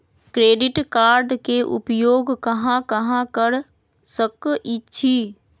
Credit card के उपयोग कहां कहां कर सकईछी?